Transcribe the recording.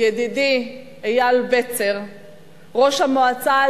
ידידי אייל בצר ראש המועצה,